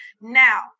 Now